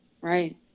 right